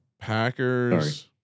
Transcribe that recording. Packers